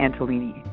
antolini